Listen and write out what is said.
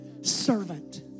servant